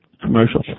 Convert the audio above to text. commercial